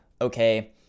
okay